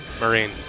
Marine